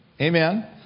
amen